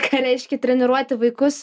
ką reiškia treniruoti vaikus